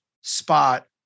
spot